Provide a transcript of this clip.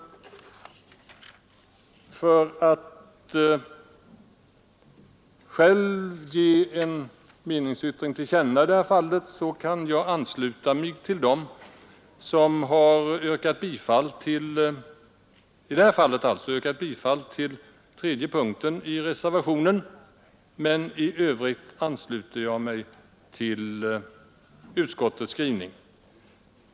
För att själv ge en meningsyttring till känna i det här fallet kan jag ansluta mig till dem som yrkat bifall till reservationen i vad denna avser punkten 3, men i övrigt ansluter jag mig till utskottets skrivning.